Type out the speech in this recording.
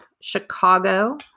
Chicago